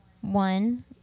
One